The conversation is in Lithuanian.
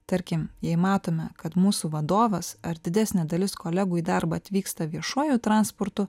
tarkim jei matome kad mūsų vadovas ar didesnė dalis kolegų į darbą atvyksta viešuoju transportu